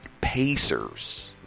Pacers